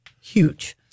huge